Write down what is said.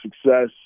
success